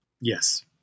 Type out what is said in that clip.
Yes